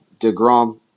DeGrom